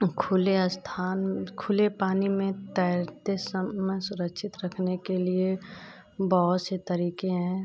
खुले स्थान खुले पानी में तैरते समय सुरक्षित रखने के लिए बहुत से तरीक़े हैं